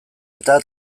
eta